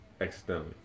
Accidentally